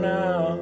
now